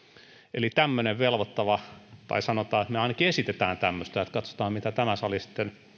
eli tämmöinen velvoittava lausuma tai sanotaan että me ainakin esitämme tämmöistä katsotaan mitä tämä sali sitten